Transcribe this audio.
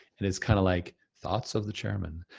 and it's kinda like, thoughts of the chairman.